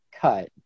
cut